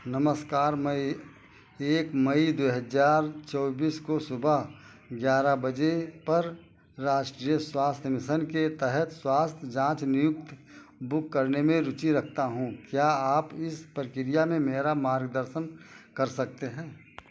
नमस्कार मैं एक मई दो हजार चौबीस को सुबह ग्यारह बजे पर राष्ट्रीय स्वास्थ्य मिशन के तहत स्वास्थ्य जाँच नियुक्ति बुक करने में रुचि रखता हूँ क्या आप इस प्रक्रिया में मेरा मार्गदर्शन कर सकते हैं